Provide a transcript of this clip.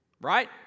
right